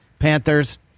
panthers